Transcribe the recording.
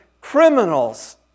criminals